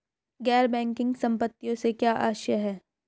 गैर बैंकिंग संपत्तियों से क्या आशय है?